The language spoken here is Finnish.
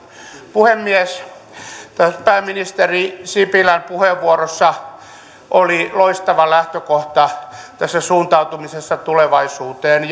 puhemies pääministeri sipilän viimeisessä puheenvuorossa oli loistava lähtökohta tässä suuntautumisessa tulevaisuuteen